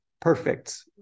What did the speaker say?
perfect